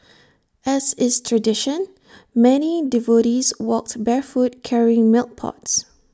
as is tradition many devotees walked barefoot carrying milk pots